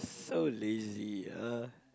so lazy uh